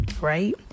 Right